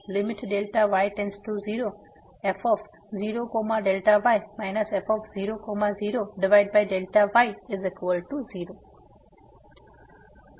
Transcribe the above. fy00f0y f00y 0 તેથી અમને આ બે મળ્યાં છે